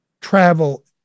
travel